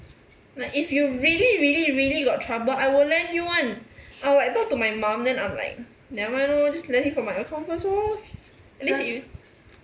like if you really really really got trouble I will lend you one I will like talk to my mom then I'm like never mind lor just lend from my account first orh that means if